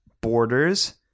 borders